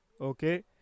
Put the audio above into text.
okay